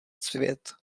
svět